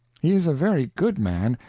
he is a very good man,